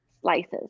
slices